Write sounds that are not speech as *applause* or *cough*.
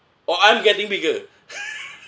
or I'm getting bigger *laughs*